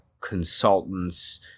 consultants